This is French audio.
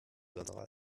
donnera